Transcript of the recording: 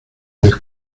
del